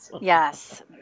Yes